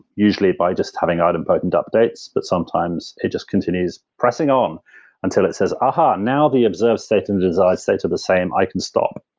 usually by just having idempotent updates, but sometimes it just continues pressing on until it says, aha, now the observed state and desired state are the same, i can stop.